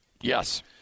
Yes